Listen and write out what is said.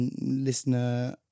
Listener